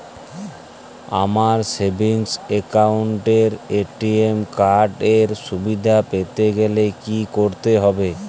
আমার savings account এ ATM card এর সুবিধা পেতে গেলে কি করতে হবে?